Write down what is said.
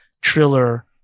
Triller